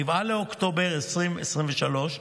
7 באוקטובר 2023,